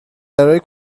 برای